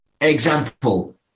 example